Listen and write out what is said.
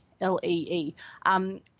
L-E-E